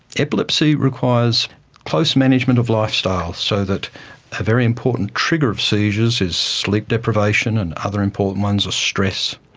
epilepsy requires close management of lifestyles so that a very important trigger of seizures is sleep deprivation, and other important ones are stress,